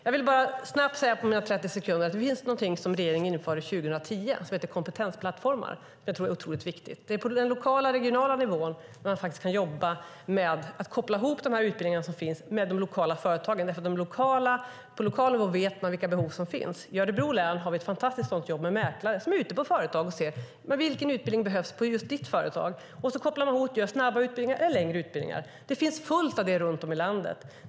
Jag vill snabbt säga att det finns någonting som regeringen införde 2010 som heter kompetensplattformar. Det tror jag är otroligt viktigt. Det är på den lokala och regionala nivån man faktiskt kan jobba med att koppla ihop de utbildningar som finns med de lokala företagen. På lokal nivå vet man nämligen vilka behov som finns. I Örebro län har vi ett fantastiskt sådant arbete med mäklare som är ute på företagen och ser vilken utbildning som behövs just på ditt företag, och så kopplar man ihop och skapar snabba eller längre utbildningar. Det finns fullt av detta runt om i landet.